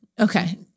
Okay